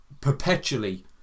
perpetually